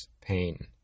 pain